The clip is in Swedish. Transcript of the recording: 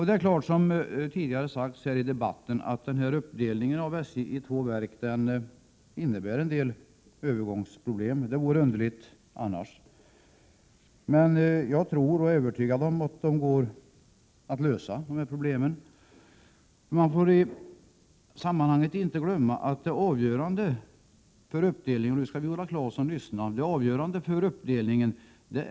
Det är klart — det har sagts tidigare i dag — att uppdelningen av SJ i två verk medför en del övergångsproblem — något annat vore underligt. Men jag är övertygad om att de går att lösa. Man får i sammanhanget inte glömma att det avgörande för uppdelningen — nu skall Viola Claesson lyssna!